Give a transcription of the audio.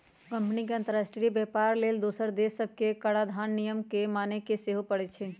company के अंतरराष्ट्रीय व्यापार लेल दोसर देश सभके कराधान नियम के माने के सेहो परै छै